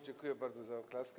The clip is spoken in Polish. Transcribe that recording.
Dziękuję bardzo za oklaski.